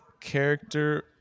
character